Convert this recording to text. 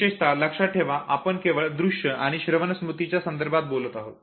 विशेषत लक्षात ठेवा आपण केवळ दृश्य आणि श्रवण स्मृतीच्या संदर्भात बोलत आहोत